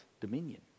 dominion